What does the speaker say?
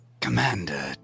commander